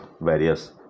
various